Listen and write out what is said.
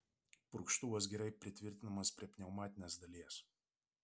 purkštuvas gerai pritvirtinamas prie pneumatinės dalies